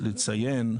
לציין,